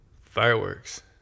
Fireworks